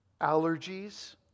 allergies